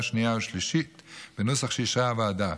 השנייה והשלישית בנוסח שאישרה הוועדה.